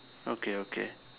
okay okay